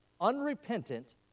unrepentant